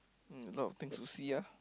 mm a lot things to see ah